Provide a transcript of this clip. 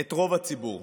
את רוב הציבור.